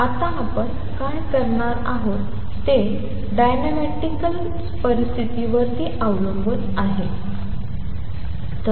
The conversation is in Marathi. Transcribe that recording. आता आपण काय करणार आहोत ते डायनॅमिकल स्थितीवर काय स्थिती असावी ते लिहा